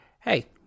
Hey